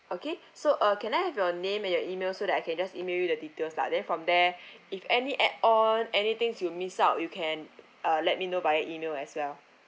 okay so uh can I have your name and your email so that I can just email you the details lah then from there if any add on anythings you miss out you can uh let me know via email as well